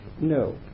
no